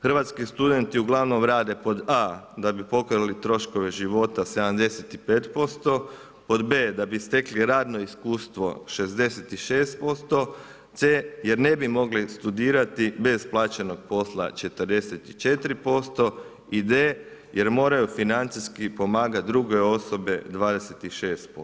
Hrvatski studenti uglavnom rade, pod a) da bi pokrili troškove života 75%, pod b) da bi stekli radno iskustvo 66%, c) jer ne bi mogli studirati bez plaćenog posla 44% i d)jer moraju financijski pomagati druge osobe 26%